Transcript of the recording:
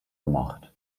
gemacht